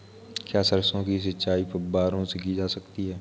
क्या सरसों की सिंचाई फुब्बारों से की जा सकती है?